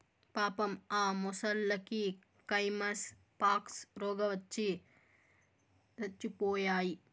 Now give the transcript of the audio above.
పాపం ఆ మొసల్లకి కైమస్ పాక్స్ రోగవచ్చి సచ్చిపోయాయి